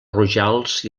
rojals